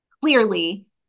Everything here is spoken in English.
clearly